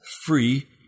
free